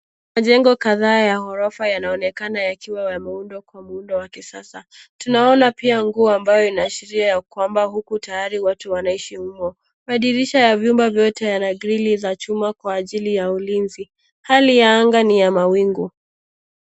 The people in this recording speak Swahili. Majengo kadhaa ya ghorofa yanaonekana yakiwa yameundwa kwa muundo wa kisasa. Tunaona pia nguo ambayo inaashiria ya kwamba huku tayari watu wanaishi humo. Madirisha ya vyumba vyote yana grill za chuma kwa ajili ya ulinzi. Hali ya anga ni ya mawingu.